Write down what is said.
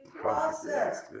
process